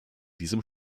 diesem